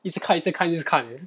一直看一直看一直看